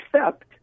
accept